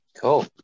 Cool